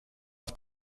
auf